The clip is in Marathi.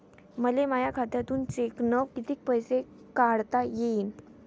मले माया खात्यातून चेकनं कितीक पैसे काढता येईन?